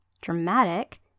dramatic